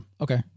okay